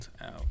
out